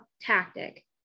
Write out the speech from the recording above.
tactic